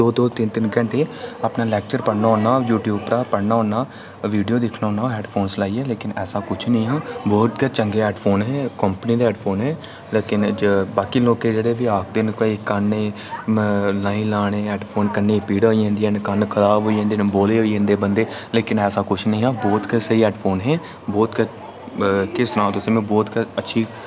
दो दो तिन्न तिन्न घैंटे अपने लैक्चर पढ़ना होन्ना यूट्यूब उप्परा पढ़ना होन्ना वीडियो दिक्खना होन्ना हैडफोन लाइयै पर लेकिन ऐसा किश निं हा बहुत गै चंगे हैडफोन हे कंपनी दे हैडफोन हे लेकिन बाकी लोक जेह्ड़े बी आखदे न कि भई कन्ने ई नेईं लाने हैडफोन कन्ने गी पीड़ां होई जंदियां न कन्न खराब होई जंदे न बोले होई जंदे न बंदे लेकिन ऐसा किश निहां बहुत गै स्हेई हैडफोन हे केह् सनांऽ में तुसें गी बहुत गै अच्छी